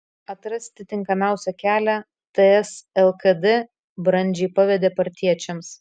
atrasti tinkamiausią kelią ts lkd brandžiai pavedė partiečiams